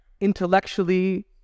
intellectually